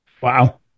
Wow